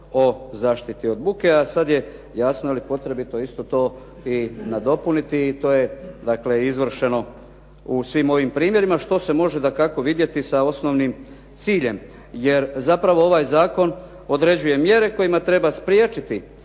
o zaštiti od buke a sad je jasno potrebito isto to i nadopuniti i to je dakle izvršeno u svim ovim primjerima što se može dakako vidjeti sa osnovnim ciljem jer zapravo ovaj zakon određuje mjere kojima treba spriječiti